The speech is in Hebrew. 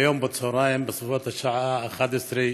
היום בצוהריים, בסביבות השעה 11:00,